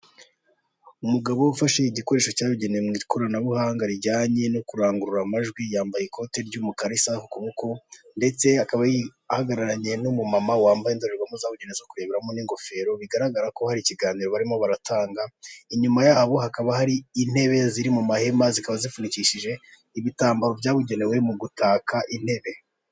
Umugabo ufashe igikoresho cyabugenewe mu ikoranabuhanga rijyanye no kurangurura amajwi, yambaye ikote ry'umukara, isaha ku kuboko ndetse akaba ahagararanye n'umumama wambaye indorerwamo zabugenewe zo kureberamo n'ingofero, bigaragara ko hari ikiganiro barimo baratanga, inyuma yabo hakaba hari intebe ziri mu mahema zikaba zifunikishije ibitambaro byabugenewe mu gutaka intebe .